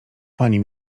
panie